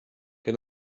can